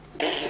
בבקשה.